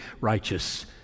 righteous